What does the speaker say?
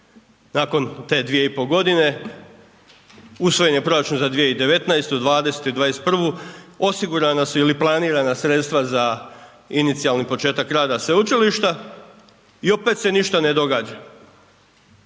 Nakon te dvije i po godine usvojen je proračun za 2019., 2020. i 2021., osigurana su ili planirana sredstva za inicijalni početak rada sveučilišta i opet se ništa ne događa.